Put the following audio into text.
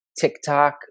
TikTok